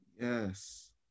Yes